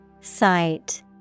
Sight